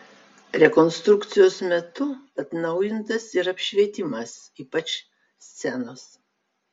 rekonstrukcijos metu atnaujintas ir apšvietimas ypač scenos